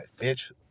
bitch